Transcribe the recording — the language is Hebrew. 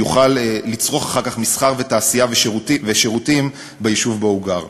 ויוכל לצרוך אחר כך מסחר ותעשייה ושירותים ביישוב שבו הוא גר.